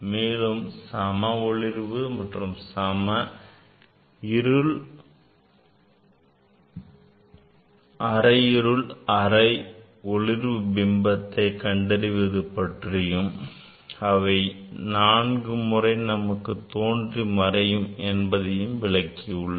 மேலும் சம ஒளிர்வு மற்றும் அரை இருள் அரை ஒளிர்வு பிம்பத்தை கண்டறிவது பற்றியும் அவை நான்கு முறை மாறி மாறித் தோன்றும் என்பதையும் விளக்கியுள்ளேன்